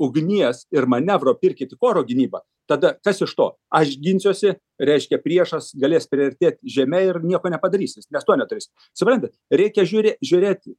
ugnies ir manevro pirkit oro gynybą tada kas iš to aš ginsiuosi reiškia priešas galės priartėti žeme ir nieko nepadarysi nes to neturėsi suprantat reikia žiūrė žiūrėt